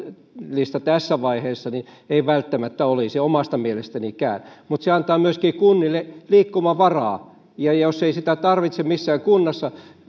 tarpeellista tässä vaiheessa niin ei välttämättä olisi omasta mielestänikään mutta se antaa myöskin kunnille liikkumavaraa jos ei sitä tarvitse missään kunnassa